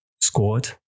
squad